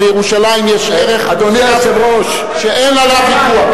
אבל לירושלים יש ערך מוסף שאין עליו ויכוח.